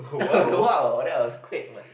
!wah! oh that's was quick one